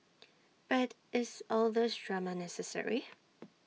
but is all these drama necessary